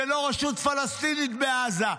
ולא רשות פלסטינית בעזה,